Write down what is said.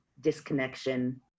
disconnection